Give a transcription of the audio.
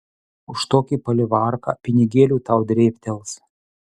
už tokį palivarką pinigėlių tau drėbtels